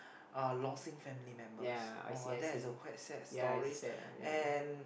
uh losing family members oh that's a quite sad stories and